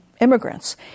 Immigrants